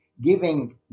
giving